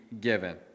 given